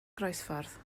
groesffordd